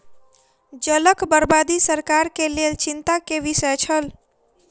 जलक बर्बादी सरकार के लेल चिंता के विषय छल